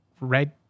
Red